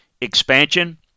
expansion